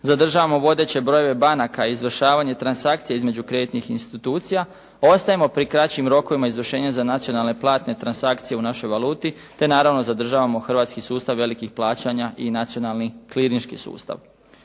zadržavamo vodeće brojeve banaka i izvršavanje transakcije između kreditnih institucija, ostajemo pri kraćim rokovima izvršenja za nacionalne platne transakcije u našoj valuti, te naravno zadržavamo hrvatski sustav velikih plaćanja i nacionalni klinički sustav.